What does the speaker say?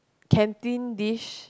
canteen dish